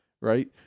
right